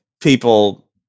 people